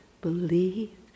believe